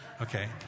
okay